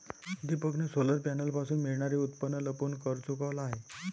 दीपकने सोलर पॅनलपासून मिळणारे उत्पन्न लपवून कर चुकवला आहे